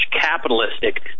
capitalistic